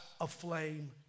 aflame